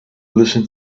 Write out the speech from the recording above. listen